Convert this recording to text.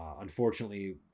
unfortunately